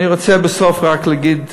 אני רוצה בסוף רק להגיד,